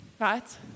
right